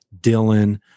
Dylan